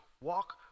Walk